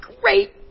great